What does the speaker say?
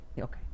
okay